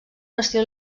estil